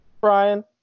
Brian